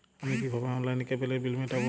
আমি কিভাবে অনলাইনে কেবলের বিল মেটাবো?